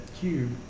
cube